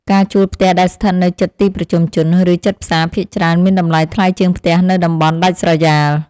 ការជួលផ្ទះដែលស្ថិតនៅជិតទីប្រជុំជន ឬជិតផ្សារភាគច្រើនមានតម្លៃថ្លៃជាងផ្ទះនៅតំបន់ដាច់ស្រយាល។